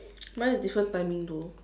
mine is different timing though